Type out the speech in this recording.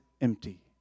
empty